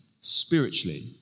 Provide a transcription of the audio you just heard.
spiritually